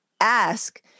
ask